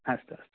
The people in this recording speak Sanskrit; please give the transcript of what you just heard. अस्तु अस्तु